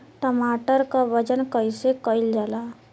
टमाटर क वजन कईसे कईल जाला?